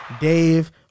Dave